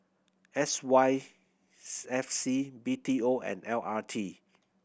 S Y F C B T O and L R T